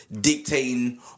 Dictating